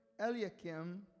Eliakim